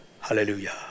Hallelujah